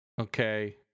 Okay